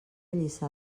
lliçà